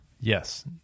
Yes